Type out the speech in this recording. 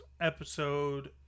episode